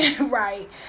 right